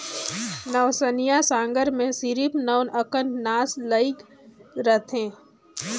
नवनसिया नांगर मे सिरिप नव अकन नास लइग रहथे